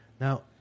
now